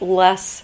less